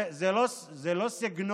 זה לא סגנון